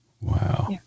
Wow